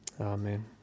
Amen